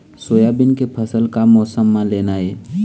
Soybean के फसल का मौसम म लेना ये?